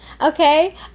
okay